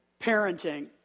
parenting